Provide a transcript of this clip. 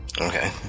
Okay